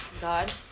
God